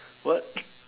what